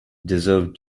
deserve